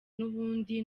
n’ubundi